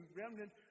remnant